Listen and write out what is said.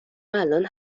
الان